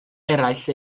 eraill